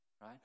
right